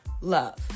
love